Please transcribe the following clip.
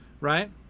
right